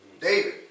David